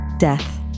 death